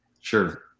Sure